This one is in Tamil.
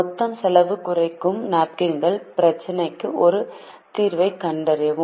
மொத்த செலவைக் குறைக்கும் நாப்கின்ஸ் பிரச்சினைக்கு ஒரு தீர்வைக் கண்டறியவும்